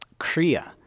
Kriya